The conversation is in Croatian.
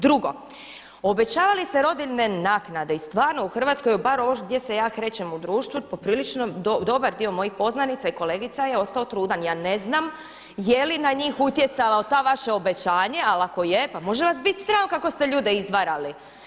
Drugo, obećavali ste rodilje naknade i stvarno u Hrvatskoj bar ovo gdje se ja krećem u društvu popriličan dobar dio mojih poznanica i kolegica je ostao trudan, ja ne znam je li na njih utjecalo to vaše obećanje ali ako je pa može vas biti sram kako ste ljude izvarali.